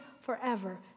forever